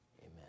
Amen